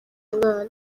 umwana